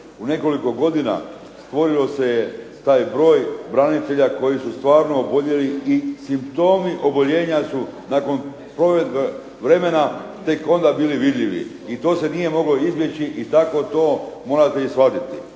U nekoliko godina stvorio se je taj broj branitelja koji su stvarno oboljeli i simptomi oboljenja su nakon provedbe vremena tek onda bili vidljivi, i to se nije moglo izbjeći i tako to morate i shvatiti.